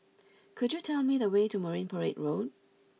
could you tell me the way to Marine Parade Road